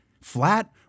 Flat